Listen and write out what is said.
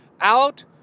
out